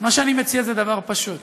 אז מה שאני מציע זה דבר פשוט,